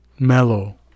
mellow